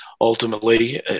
ultimately